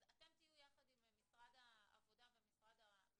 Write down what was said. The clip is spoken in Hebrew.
אז אתם תהיו יחד עם משרד העבודה ועם הממונה